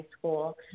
school